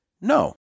No